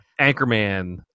Anchorman